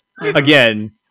again